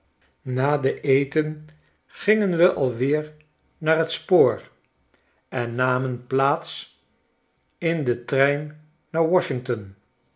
na den eten gingen we alweer naar j t spoor en namen plaats in den trein naar washington